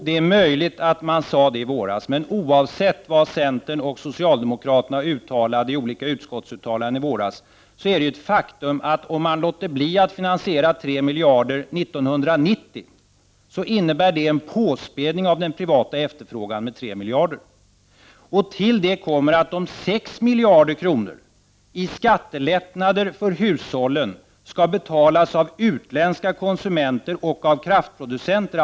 Det är möjligt att man sade det i våras. Men oavsett vad centern och socialdemokraterna uttalade i olika utskottsuttalanden i våras, är det ett faktum att om man låter bli att finansiera 3 miljarder 1990 innebär det en påspädning av den privata efterfrågan med 3 miljarder. Till det kommer att de 6 miljarder kronorna i skattelättnader för hushållen skall betalas av utländska konsumenter och av kraftproducenter.